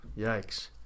yikes